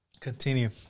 Continue